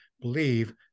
believe